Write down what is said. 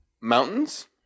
mountains